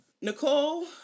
Nicole